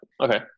Okay